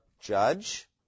judge